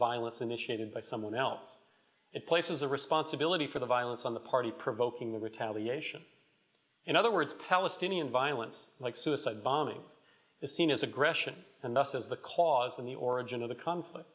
violence initiated by someone else it places the responsibility for the violence on the party provoking the retaliation in other words palestinian violence like suicide bombing is seen as aggression and thus as the cause of the origin of the conflict